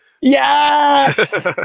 Yes